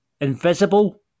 Invisible